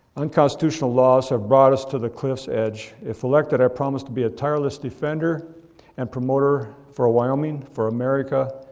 unconstitutional laws have brought us to the cliff's edge. if elected, i promise to be a tireless defender and promoter for a wyoming for america,